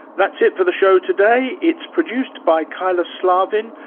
that's it for the show today. it's produced by kyla slaven.